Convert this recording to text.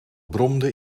bromde